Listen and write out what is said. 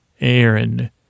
Aaron